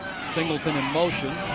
singleton in motion.